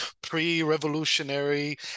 pre-revolutionary